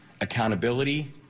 accountability